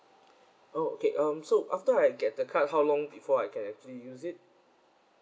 oh okay um so after I get the card how long before I can actually use it